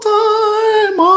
time